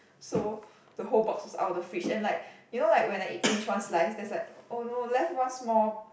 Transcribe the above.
so the whole box was out of the fridge and like you know like when I eat finish one slice there's like oh no left one small